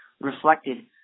reflected –